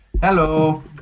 Hello